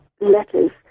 letters